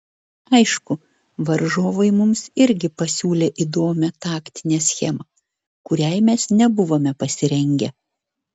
aišku varžovai mums irgi pasiūlė įdomią taktinę schemą kuriai mes nebuvome pasirengę